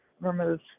remove